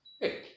Hey